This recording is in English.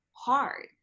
hard